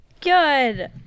Good